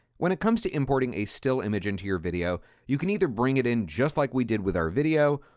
when it comes to importing a still image into your video, you can either bring it in just like we did with our video,